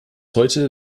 heute